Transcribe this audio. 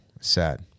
sad